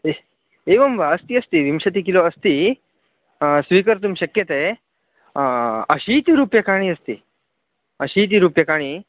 इह् एवं वा अस्ति अस्ति विंशतिकिलो अस्ति स्वीकर्तुं शक्यते अशीतिरूप्यकाणि अस्ति अशीतिरूप्यकाणि